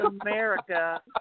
America